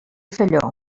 felló